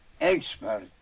expert